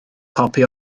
copi